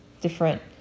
different